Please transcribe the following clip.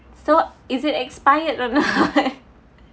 so is it expired or not